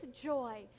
joy